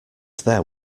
there